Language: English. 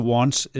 Wants